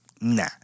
Nah